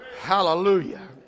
Hallelujah